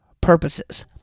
purposes